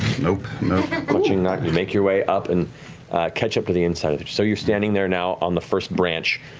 nope, nope. matt clutching nott you make your way up and catch up to the inside of it. so you're standing there now on the first branch,